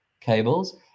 cables